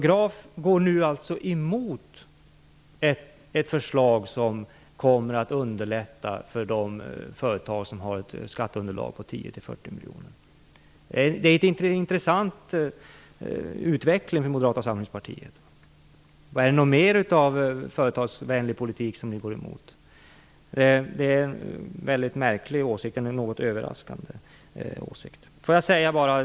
Graf går nu alltså emot ett förslag som kommer att underlätta för de företag som har ett skatteunderlag på 10-40 miljoner kronor. Det är en intressant utveckling hos Moderata samlingspartiet. Finns det något mer av företagsvänlig politik som ni går emot? Det är en märklig och något överraskande åsikt.